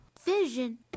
Vision